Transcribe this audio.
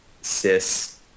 cis